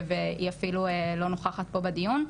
והיא אפילו לא נוכחת פה בדיון.